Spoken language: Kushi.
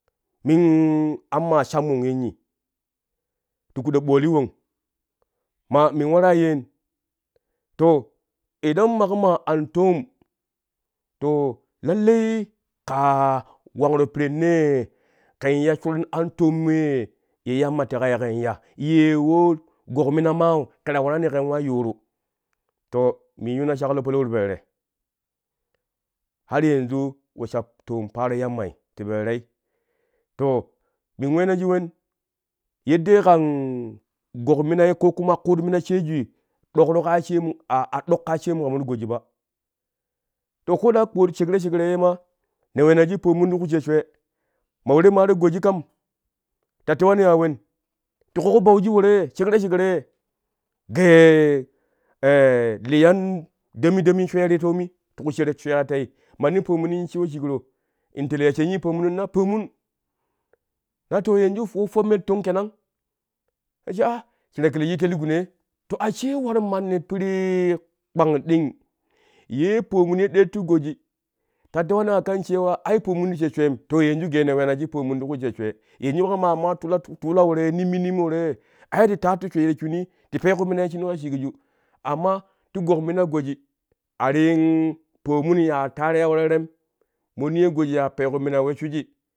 Min ammaa cham won yenni yi kudo ɓooli won ma min waraa yeen to idan maƙo maa an toom to lallai wangro pirennee ken ya shuran an toom yee ye yamma teƙa yaƙom ya yee we gokminama kɛ la warani ken wayuuru to min yuuna shakh palau ti po tere har yanju we sha toom paaro yammai te po terei to min wena shi wen? Yuddee kan gokmnai ko kuma kuut minai shejui ɗokro ka shemu aɗok kaa shemu kama ti goji ba to ko da kpo shekre shekre ye ma ne weena shi pomn ti ƙu she shwee ma we te ma ti goji kam ta tewani ya wen ti ƙoƙo bauji woro ye shekre shekre ye gee liyan dami dami shwee ti toomi ti ku shereb shiyai tei manni pomunin shiwo shikro m teli ya shenyi pomun ya na pomun na to yanju wo po me ti tong kenang? Na ce aa shi ta kelejii tel gunee to ashe war manni piri kpang ɗing yee pomun ye ɗeero ti goji ta tewani a kan cewa ai pomuni ti she shweem to yenju gee ne wena shi pomun ti ku she shwee yanju maƙa amma yula nimmi woro woro ye ai ti taattu shwee shunii ti pee ku minai shinu ka shikju amma ti gokmina goji a ti pomun ya taaroi ya we terem mo niyo goji ya pee ku minai we shwiji